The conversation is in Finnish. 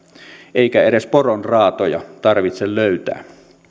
eikä edes poronraatoja tarvitse löytää